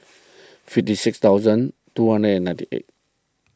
fifty six thousand two hundred and ninety eight